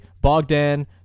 Bogdan